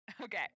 Okay